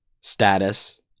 status